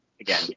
Again